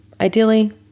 ideally